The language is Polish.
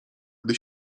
gdy